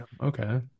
Okay